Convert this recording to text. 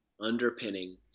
underpinning